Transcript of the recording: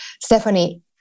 Stephanie